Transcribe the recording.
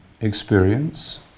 experience